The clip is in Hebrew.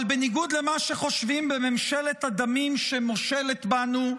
אבל בניגוד למה שחושבים בממשלת הדמים שמושלת בנו,